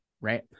right